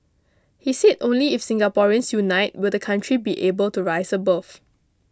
he said only if Singaporeans unite will the country be able to rise above